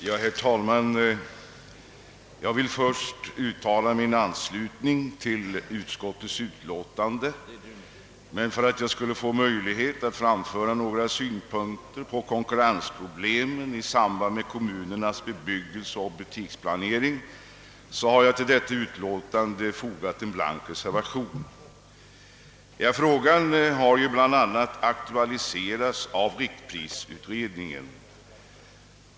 Herr talman! Jag vill först uttala min anslutning till utskottets förslag, men för att jag skulle få möjlighet att anföra några synpunkter på konkurrensproblemet i samband med kommunernas bebyggelseoch butiksplanering har jag till detta utlåtande fogat en blank reservation. Frågan har bl.a. aktualiserats av riktprisutredningen.